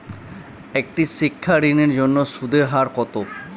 একটি শিক্ষা ঋণের জন্য সুদের হার কত?